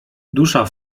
dusza